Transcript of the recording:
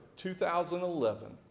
2011